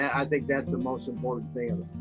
i think that's the most important thing.